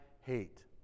hate